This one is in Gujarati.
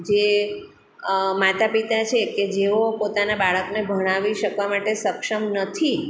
જે માતા પિતા છે કે જેઓ પોતાના બાળકને ભણાવી શકવા માટે સક્ષમ નથી